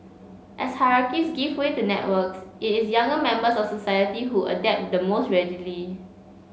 as hierarchies give way to networks it is younger members of society who adapt the most readily